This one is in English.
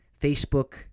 Facebook